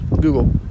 Google